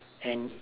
and